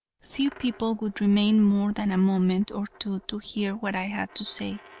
few people would remain more than a moment or two to hear what i had to say,